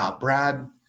um brad,